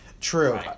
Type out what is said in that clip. True